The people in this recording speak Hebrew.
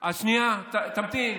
אז שנייה, תמתין.